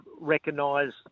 recognise